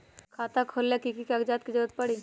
खाता खोले ला कि कि कागजात के जरूरत परी?